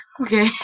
okay